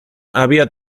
había